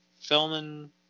filming